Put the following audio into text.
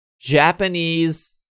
Japanese